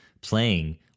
playing